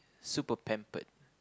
super pampered